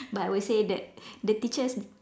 but I would say that the teachers